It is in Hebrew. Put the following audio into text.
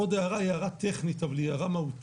עוד הערה שהיא הערה טכנית אבל היא הערה מהותית.